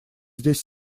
здесь